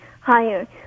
higher